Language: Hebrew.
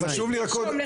לכן חשוב לי הערות ביניים.